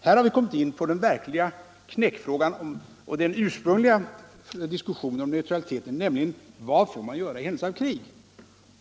Här har vi kommit in på den verkliga knäckfrågan i den ursprungliga diskussionen om neutraliteten, nämligen: Vad får man göra i händelse av krig?